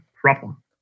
problem